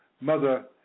mother